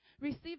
Receive